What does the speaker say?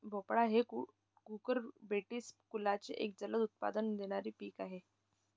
भोपळा हे कुकुरबिटेसी कुलाचे एक जलद उत्पन्न देणारे पीक आहे